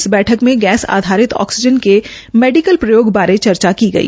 इस बैठक में गैस आधारित ऑक्सीजन के मेडिकल प्रयोग बारे चर्चा की गई